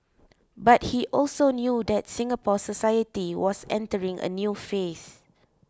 but he also knew that Singapore society was entering a new phase